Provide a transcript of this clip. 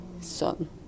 son